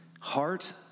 heart